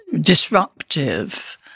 disruptive